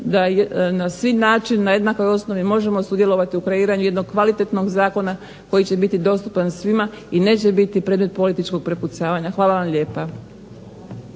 da na sav način na jednoj osnovi možemo sudjelovati u kreiranju jednog kvalitetnog zakona koji će biti dostupan svima i neće biti predmet političkog prepucavanja. Hvala vam lijepa.